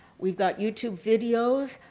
we've got youtube videos,